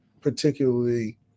particularly